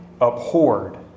abhorred